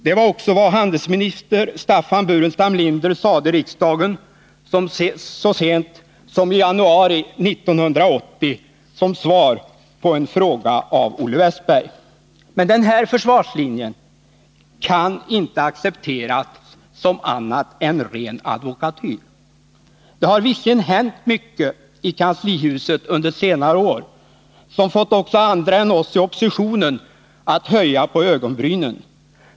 Det var också vad handelsminister Staffan Burenstam Linder sade i riksdagen så sent som i januari 1980 som svar på en fråga av Olle Wästberg i Stockholm. Men den här försvarslinjen kan inte accepteras som annat än ren advokatyr. Det har visserligen hänt mycket i kanslihuset under senare år som fått också andra än oss i oppositionen att höja på ögonbrynen.